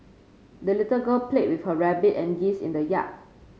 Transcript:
the little girl played with her rabbit and geese in the yard